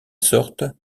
sorte